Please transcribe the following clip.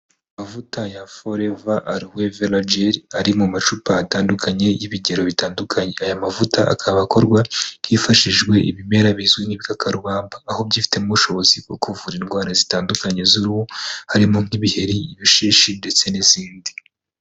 Amavuta ya FOREVER ALOE VERA GEL, ari mu macupa atandukanye y'ibigero bitandukanye, aya mavuta akaba akorwa hifashishijwe ibimera bizwi n'ibikakarubamba, aho byifitemo ubushobozi bwo kuvura indwara zitandukanye z'uruhu, harimo nk'ibiheri ibishishi ndetse n'izindi.